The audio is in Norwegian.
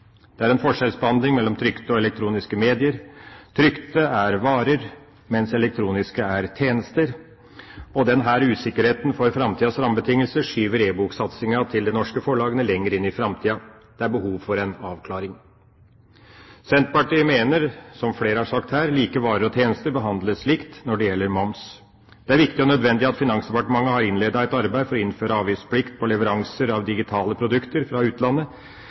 Det er en forskjellsbehandling av trykte og elektroniske medier. Trykte er varer, mens elektroniske er tjenester. Denne usikkerheten for framtidas rammebetingelser skyver e-boksatsingen til de norske forlagene lenger inn i framtida. Det er behov for en avklaring. Senterpartiet mener, som flere har sagt her, at like varer og tjenester skal behandles likt når det gjelder moms. Det er viktig og nødvendig at Finansdepartementet har innledet et arbeid for å innføre avgiftsplikt på leveranser av digitale produkter fra utlandet